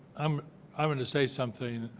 um i want to say something.